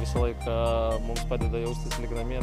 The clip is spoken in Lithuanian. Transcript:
visą laiką mum padeda jaustis lyg namie